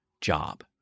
job